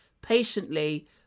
patiently